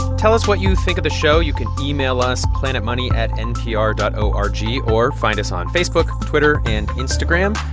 tell us what you think of the show. you can email us planetmoney at npr dot o r g or find us on facebook, twitter and instagram.